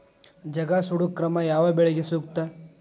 ಜಗಾ ಸುಡು ಕ್ರಮ ಯಾವ ಬೆಳಿಗೆ ಸೂಕ್ತ?